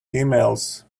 emails